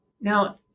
Now